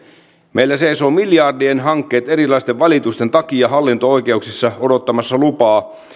meillä seisovat miljardien hankkeet erilaisten valitusten takia hallinto oikeuksissa odottamassa lupaa